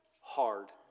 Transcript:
hard